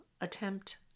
attempt